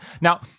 Now-